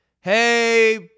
Hey